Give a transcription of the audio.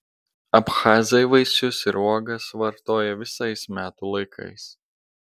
abchazai vaisius ir uogas vartoja visais metų laikais